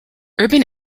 urban